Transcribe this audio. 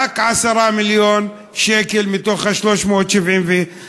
רק 10 מיליון שקל מה-371,